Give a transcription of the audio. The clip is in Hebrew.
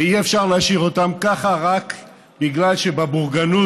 ואי-אפשר להשאיר אותם כך רק בגלל שבבורגנות